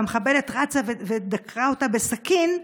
והמחבלת רצה ודקרה אותה בסכין,